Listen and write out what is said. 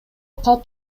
калп